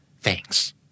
Thanks